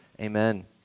amen